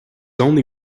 only